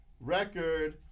record